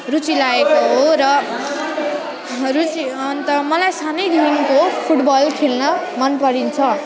रुचि लागेको हो र रुचि अनि त मलाई सानैदेखिन्को फुटबल खेल्न मन परिन्छ